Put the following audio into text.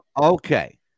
Okay